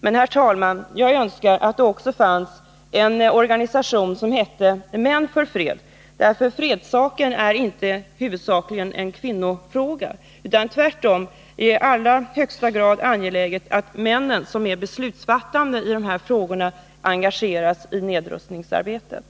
Men, herr talman, jag önskar att det också fanns en organisation som hette Män för fred, för fredssaken är inte huvudsakligen en kvinnofråga. Tvärtom är det i allra högsta grad angeläget att männen, som är beslutsfattande i de här frågorna, engageras i nedrustningsarbetet.